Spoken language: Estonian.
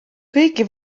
kõiki